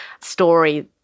story